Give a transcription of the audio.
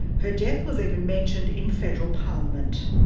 her death was even mentioned in federal parliament.